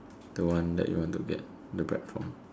the one that you want to get the bread from